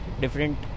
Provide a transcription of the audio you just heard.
different